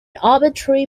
arbitrary